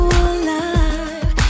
alive